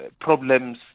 problems